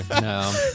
No